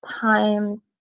time